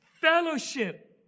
fellowship